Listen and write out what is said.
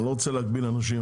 אני לא רוצה להגביל אנשים,